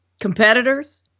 competitors